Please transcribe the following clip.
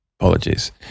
Apologies